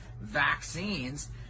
vaccines